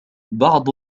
بعض